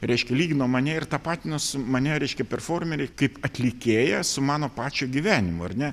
reiškia lygino mane ir tapatino su mane reiškia performerį kaip atlikėją su mano pačio gyvenimu ar ne